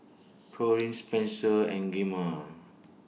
Corrine Spenser and